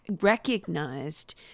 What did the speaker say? recognized